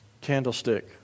Candlestick